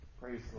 Praise